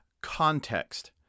context